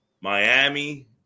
Miami –